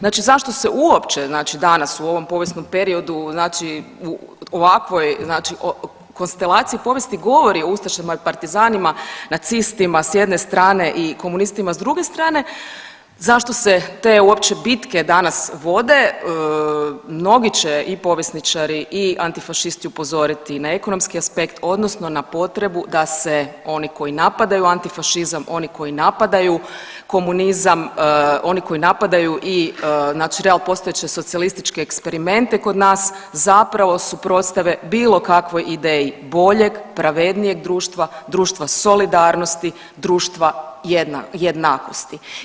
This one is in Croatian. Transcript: Znači zašto se uopće danas u ovom povijesnom periodu u ovakvoj konstelaciji povijesti govori o ustašama i partizanima nacistima s jedne strane i komunistima s druge strane, zašto se te uopće bitke danas vode mnogi će i povjesničari i antifašisti upozoriti na ekonomski aspekt odnosno na potrebu da se oni koji napadaju antifašizam, oni koji napadaju komunizam, oni koji napadaju i real postojeće socijalističke eksperimente kod nas zapravo suprotstave bilo kakvoj ideji boljeg, pravednijeg društva, društva solidarnosti, društva jednakosti.